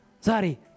Sorry